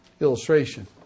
illustration